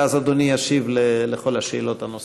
ואז אדוני ישיב על כל השאלות הנוספות.